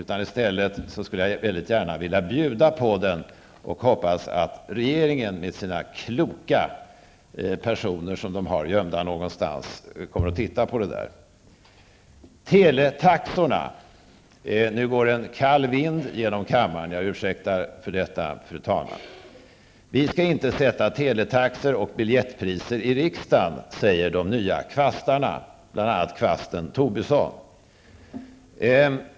I stället bjuder jag på det och hoppas att regeringen med sina kloka personer som man har gömda någonstans kommer att titta på förslaget. Jag skall nu tala om teletaxorna, och då går det en kall vind genom kammaren. Jag ursäktar för detta, fru talman. De nya kvastarna, bl.a. kvasten Tobisson, säger att vi i riksdagen inte skall fastställa teletaxor och biljettpriser.